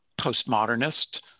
postmodernist